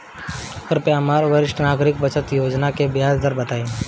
कृपया हमरा वरिष्ठ नागरिक बचत योजना के ब्याज दर बताइं